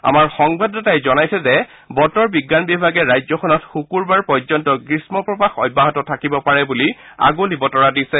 আমাৰ সংবাদদাতাই জনাইছে যে বতৰ বিজ্ঞান বিভাগে ৰাজ্যখনত শুকুৰবাৰ পৰ্যন্ত গ্ৰীস্মপ্ৰবাহ অব্যাহত থাকিব পাৰে বুলি আগলি বতৰা দিছে